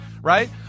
right